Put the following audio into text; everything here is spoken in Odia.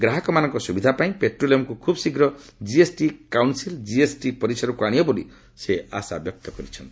ଗ୍ରାହକମାନଙ୍କ ସୁବିଧା ପାଇଁ ପେଟ୍ରୋଲିୟମ୍କୁ ଖୁବ୍ ଶୀଘ୍ର ଜିଏସ୍ଟି କାଉନ୍ସିଲ୍ ଜିଏସ୍ଟି ପରିସରକୁ ଅଣିବ ବୋଲି ସେ ଆଶା ପ୍ରକାଶ କରିଛନ୍ତି